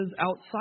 outside